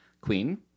Queen